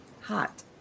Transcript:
hot